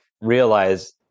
realize